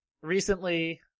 recently